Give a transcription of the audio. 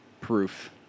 proof